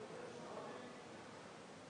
אז בוקר טוב לכולם כ"ג בטבת תשפ"ב